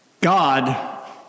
God